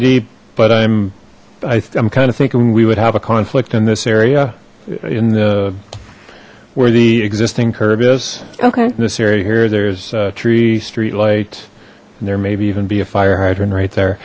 certainty but i'm i'm kind of thinking we would have a conflict in this area in the where the existing curve is okay this area here there's a tree streetlight there maybe even be a fire hydrant right there